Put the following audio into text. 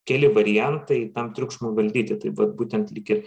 keli variantai tam triukšmu valdyti tai vat būtent lyg ir